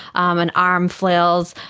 um and arm flails.